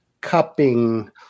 cupping